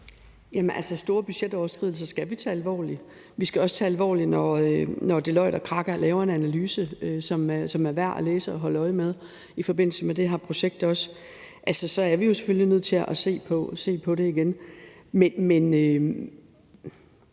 store budgetoverskridelser skal vi tage alvorligt. Vi skal også tage det alvorligt, når Deloitte og Kraka laver en analyse, som er værd at læse og holde øje med, også i forbindelse med det her projekt. Altså, så er vi jo selvfølgelig nødt til at se på det igen.